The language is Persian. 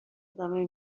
ادامه